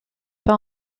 pas